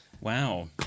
Wow